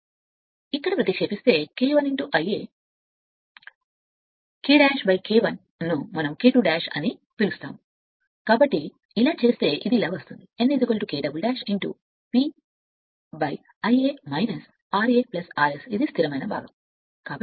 ఇక్కడ ప్రత్యామ్నాయం ఉంటే K 1 Ia కాబట్టి K 1 K ను మనం K రెట్టింపు అని పిలుస్తాము కాబట్టి అలా చేస్తే అలా చేస్తే ఇది ఇలా వస్తుంది n K రెట్టింపు ఈ స్థిరమైన Ia ra R S